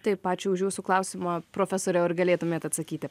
taip ačiū už jūsų klausimą profesoriau ar galėtumėt atsakyti